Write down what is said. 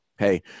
Hey